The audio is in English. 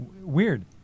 weird